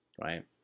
right